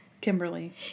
Kimberly